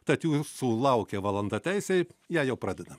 tad jūsų laukia valanda teisėj ją jau pradedam